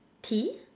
Tea